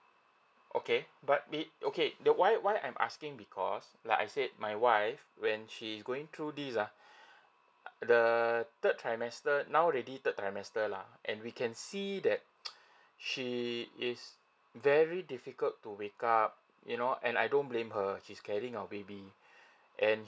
okay but wait okay the why why I'm asking because like I said my wife when she's going through this uh the third trimester now already third trimester lah and we can see that she is very difficult to wake up you know and I don't blame her she's carrying our baby and